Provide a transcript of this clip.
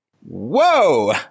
whoa